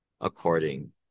according